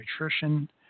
nutrition